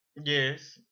Yes